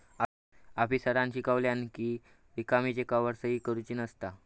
आफीसरांन समजावल्यानं कि रिकामी चेकवर सही करुची नसता